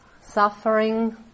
suffering